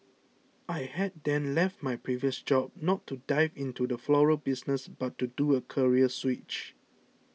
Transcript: I had then left my previous job not to 'dive' into the floral business but to do a career switch